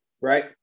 right